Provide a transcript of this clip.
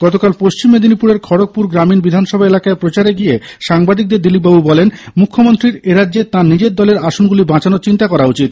গতকাল পশ্চিম মেদিনীপুরের খড়গপুর গ্রামীণ বিধানসভা এলাকায় প্রচারে গিয়ে সাংবাদিকদের দিলীপবাবু বলেন মুখ্যমন্ত্রীর এরাজ্যে তাঁর নিজের দলের আসনগুলি বাঁচানোর চিন্তা করা উচিত